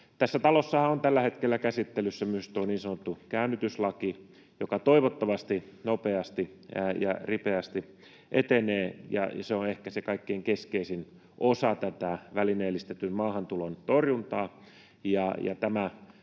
Tässä talossahan on tällä hetkellä käsittelyssä myös tuo niin sanottu käännytyslaki, joka toivottavasti nopeasti ja ripeästi etenee. Se on ehkä se kaikkein keskeisin osa tätä välineellistetyn maahantulon torjuntaa,